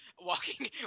walking